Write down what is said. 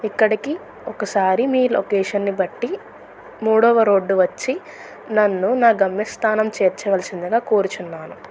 ఇక్కడికి ఒకసారి మీ లొకేషన్ని బట్టి మూడవ రోడ్డు వచ్చి నన్ను నా గమ్యస్థానం చేర్చవలసిందిగా కోరుతున్నాను